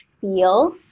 feel